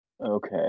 Okay